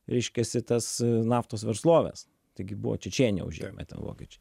reiškiasi tas naftos versloves taigi buvo čečėniją užėmę ten vokiečiai